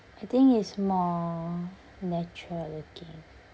I think it's more natural looking